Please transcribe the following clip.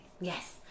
Yes